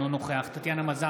אינו נוכח טטיאנה מזרסקי,